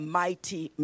mighty